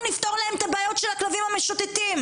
נפתור להן את הבעיות של הכלבים המשוטטים.